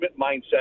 mindset